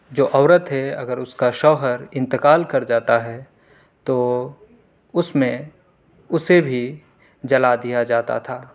جو عورت ہے اگر اس کا شوہر انتقال کر جاتا ہے تو اس میں اسے بھی جلا دیا جاتا تھا